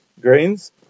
grains